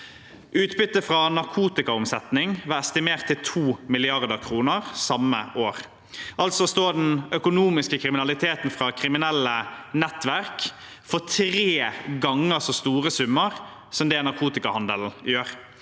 Utbytte fra narkotikaomsetning var estimert til 2 mrd. kr samme år. Altså står den økonomiske kriminaliteten til kriminelle nettverk for tre ganger så store summer som det narkotikahandelen gjør.